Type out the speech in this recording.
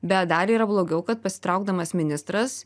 bet dar yra blogiau kad pasitraukdamas ministras